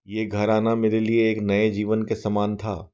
यह घर आना मेरे लिए एक नए जीवन के समान था